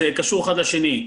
זה קשור האחד לשני.